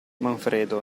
manfredo